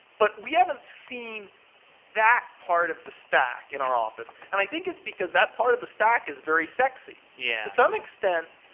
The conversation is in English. but we haven't seen that part of the stack in our office. and i think it's because that part of the stack is very sexy yeah to some extent,